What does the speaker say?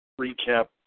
recap